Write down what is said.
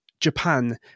Japan